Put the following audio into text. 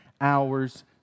hours